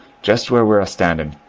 jnst where we're a-standin',